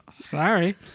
Sorry